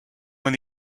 when